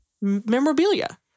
memorabilia